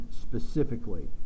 specifically